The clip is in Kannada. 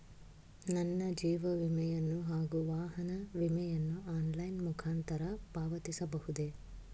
ನನ್ನ ಜೀವ ವಿಮೆಯನ್ನು ಹಾಗೂ ವಾಹನ ವಿಮೆಯನ್ನು ಆನ್ಲೈನ್ ಮುಖಾಂತರ ಪಾವತಿಸಬಹುದೇ?